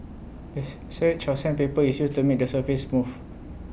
of sandpaper is used to make the surface smooth